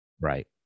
right